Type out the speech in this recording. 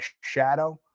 shadow